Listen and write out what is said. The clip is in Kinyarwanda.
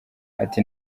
ati